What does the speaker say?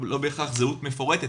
לא בהכרח זהות מפורט,